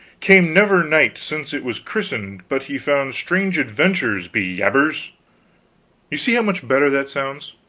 came never knight since it was christened, but he found strange adventures, be jabers you see how much better that sounds.